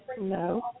No